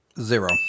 Zero